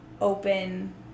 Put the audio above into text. open